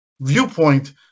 viewpoint